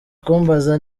kumbaza